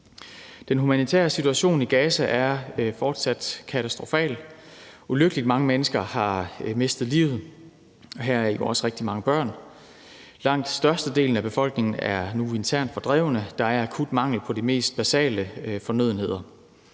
Den humanitære situation i Gaza er fortsat katastrofal. Ulykkeligt mange mennesker har mistet livet, heraf også rigtig mange børn. Langt størstedelen af befolkningen er nu internt fordrevne. Der er akut mangel på de mest basale fornødenheder.